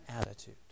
attitude